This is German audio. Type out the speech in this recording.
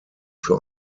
für